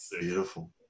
Beautiful